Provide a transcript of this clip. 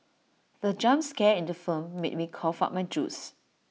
the jump scare in the film made me cough out my juice